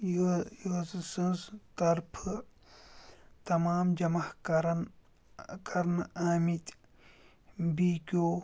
user سٕنٛز طرفہٕ تَمام جَمع کَرَن ٲں کَرنہٕ آمِتۍ بی کیٛوٗ